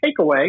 takeaway